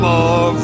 More